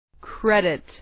credit